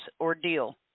ordeal